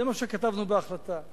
זה מה שכתבנו בהחלטה.